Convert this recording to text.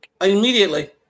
immediately